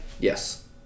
Yes